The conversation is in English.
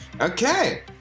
Okay